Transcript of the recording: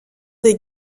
des